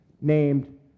named